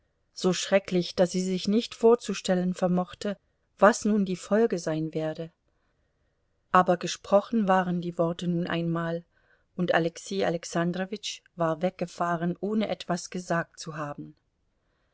so schrecklich daß sie sich nicht vorzustellen vermochte was nun die folge sein werde aber gesprochen waren die worte nun einmal und alexei alexandrowitsch war weggefahren ohne etwas gesagt zu haben